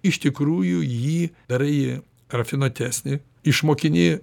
iš tikrųjų jį darai rafinuotesnį išmokini